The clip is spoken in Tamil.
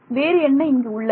வேறு என்ன இங்கு உள்ளது